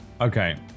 okay